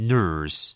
Nurse